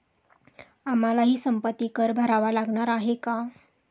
आम्हालाही संपत्ती कर भरावा लागणार आहे का?